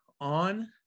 on